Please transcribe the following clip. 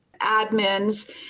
admins